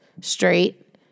straight